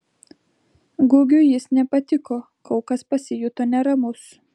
gugiui jis nepatiko kaukas pasijuto neramus